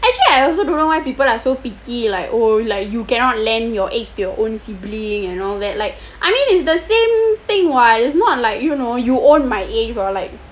actually I also don't know why people are so picky like oh like you cannot lend your eggs to your own sibling and all that like I mean it's the same thing [what] is not like you know you own my eggs or like